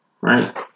right